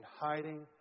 hiding